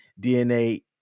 DNA